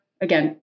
again